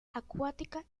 acuática